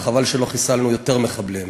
וחבל שלא חיסלנו יותר מחבלים,